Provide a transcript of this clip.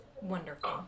Wonderful